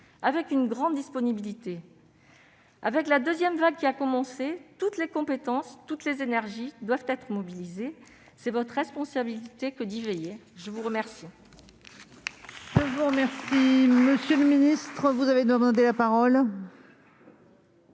avec une grande disponibilité ? La deuxième vague a commencé ; toutes les compétences, toutes les énergies, doivent être mobilisées. C'est votre responsabilité que d'y veiller. La parole